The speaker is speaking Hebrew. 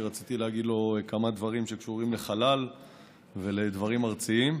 כי רציתי להגיד לו כמה דברים שקשורים לחלל ולדברים ארציים.